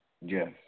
Yes